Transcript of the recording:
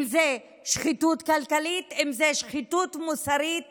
אם זו שחיתות כלכלית, אם זו שחיתות מוסרית